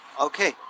Okay